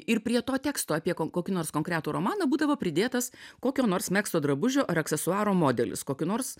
ir prie to teksto apie kon kokį nors konkretų romaną būdavo pridėtas kokio nors megzto drabužio ar aksesuaro modelis kokiu nors